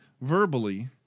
verbally